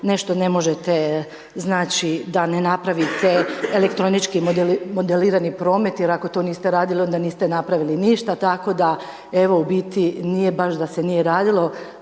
nešto ne možete znači da ne napravite elektronički modelirani promet jer ako to niste radili onda niste napravili ništa. Tako da evo u biti nije baš da se nije radilo